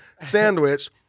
sandwich